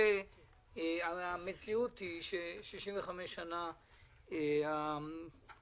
המציאות היא ש-65 שנים הרשות,